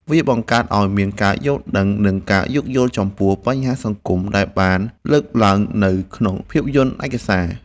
វាបង្កើតឱ្យមានការយល់ដឹង និងការយោគយល់ចំពោះបញ្ហាសង្គមដែលបានលើកឡើងនៅក្នុងភាពយន្តឯកសារ។